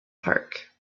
park